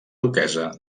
duquessa